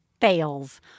fails